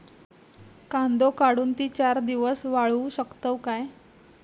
कांदो काढुन ती चार दिवस वाळऊ शकतव काय?